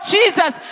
Jesus